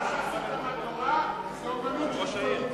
מה שעשית מהתורה זה אמנות הפוליטיקה.